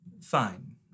Fine